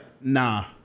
nah